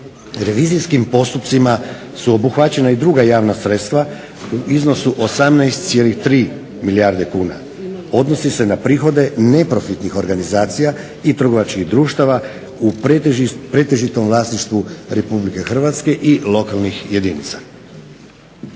revizijskim postupcima su obuhvaćena i druga javna sredstva u iznosu 18,3 milijarde kuna. Odnosi se na prihode neprofitnih organizacija i trgovačkih društava u pretežitom vlasništvu Republike Hrvatske i lokalnih jedinica.